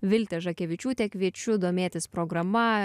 viltė žakevičiūtė kviečiu domėtis programa